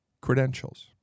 credentials